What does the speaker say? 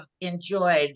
enjoyed